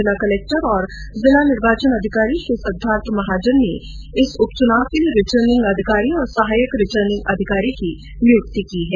जिला कलक्टर और निर्वाचन अधिकारी श्री सिद्धार्थ महाजन ने इस उप चुनाव के लिये रिटर्निंग अधिकारी और सहायक रिटर्निंग अधिकारी की नियुक्ति की हैं